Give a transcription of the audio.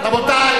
רבותי,